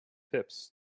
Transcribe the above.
phipps